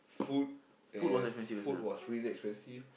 food and food was really expensive